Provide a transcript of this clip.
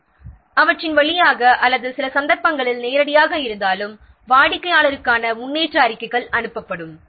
வாடிக்கையாளருக்கான முன்னேற்ற அறிக்கைகள் அவற்றின் வழியாக அல்லது சில சந்தர்ப்பங்களில் நேரடியாக அனுப்பப்படும்